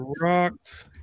Rocked